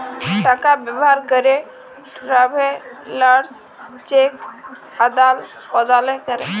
টাকা ব্যবহার ক্যরে ট্রাভেলার্স চেক আদাল প্রদালে ক্যরে